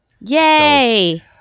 Yay